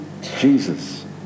Jesus